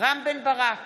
רם בן ברק,